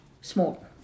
Small